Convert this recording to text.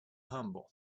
humble